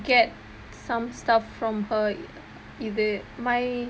get some stuff from her இது:ethu my